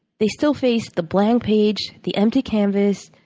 they still face the blank page, the empty canvas,